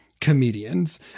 comedians